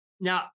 now